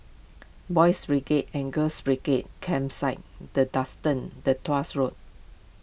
Boys' Brigade and Girls' Brigade Campsite the Duxton the Tuahs Road